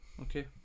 Okay